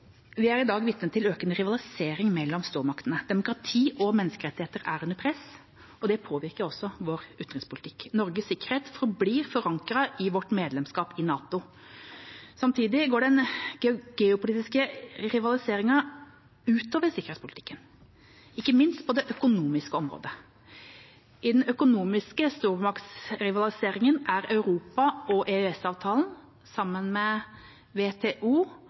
Vi er i dag vitne til økende rivalisering mellom stormaktene. Demokrati og menneskerettigheter er under press, og det påvirker også vår utenrikspolitikk. Norges sikkerhet forblir forankret i vårt medlemskap i NATO. Samtidig går den geopolitiske rivaliseringen ut over sikkerhetspolitikken, ikke minst på det økonomiske området. I den økonomiske stormaktsrivaliseringen er Europa og EØS-avtalen, sammen med WTO,